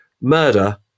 Murder